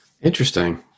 Interesting